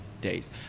days